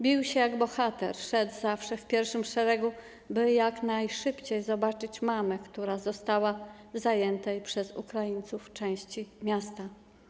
Bił się jak bohater, szedł zawsze w pierwszym szeregu, by jak najszybciej zobaczyć mamę, która została w zajętej przez Ukraińców części miasta.